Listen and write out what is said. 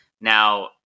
now